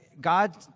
God